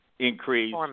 Increase